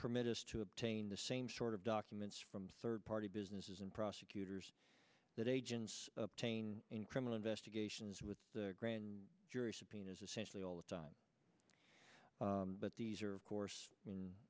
permit us to obtain the same sort of documents from third party businesses and prosecutors that agents obtained in criminal investigations with the grand jury subpoenas essentially all the time but these are of course